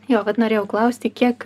jo vat norėjau klausti kiek